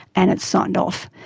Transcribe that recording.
and it's signed off.